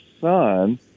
son